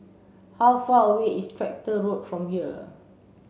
how far away is Tractor Road from here